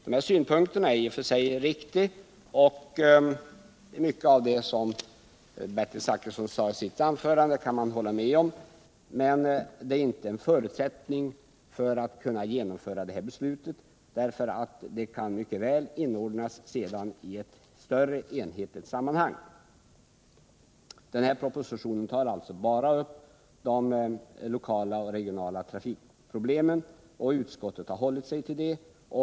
Dessa synpunkter är i och för sig riktiga, och man kan instämma i mycket av det som Bertil Zachrisson sade i sitt anförande. Men ett tillgodoseende av dessa synpunkter är inte en förutsättning för genomförande av det nu aktuella beslutet, eftersom det som härvid berörs mycket väl kan inordnas senare i ett större sammanhang. I propositionen tas alltså bara de lokala och regionala trafikproblemen upp, och utskottet har hållit sig till de avsnitten.